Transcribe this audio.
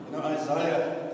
Isaiah